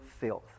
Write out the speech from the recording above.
filth